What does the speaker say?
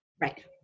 Right